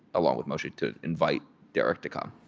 along with moshe, to invite derek to come